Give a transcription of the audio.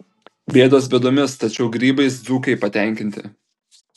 bėdos bėdomis tačiau grybais dzūkai patenkinti